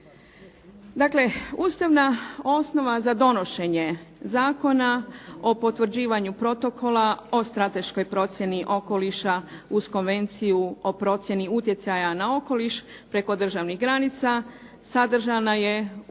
Dakle, ustavna osnova za donošenje Zakona o potvrđivanju Protokola o strateškoj procjeni okoliša uz Konvenciju o procjeni utjecaja na okoliš preko državnih granica sadržana je u